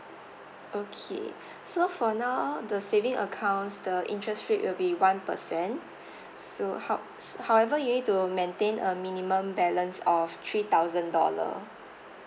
okay so for now the saving accounts the interest rate will be one percent so how s~ however you need to maintain a minimum balance of three thousand dollar